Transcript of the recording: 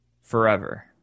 forever